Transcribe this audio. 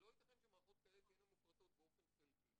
ולא ייתכן שמערכות כאלה תהיינה מופרטות באופן חלקי